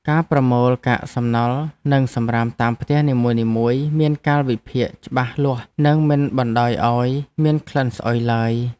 ការប្រមូលកាកសំណល់និងសំរាមតាមផ្ទះនីមួយៗមានកាលវិភាគច្បាស់លាស់និងមិនបណ្តោយឱ្យមានក្លិនស្អុយឡើយ។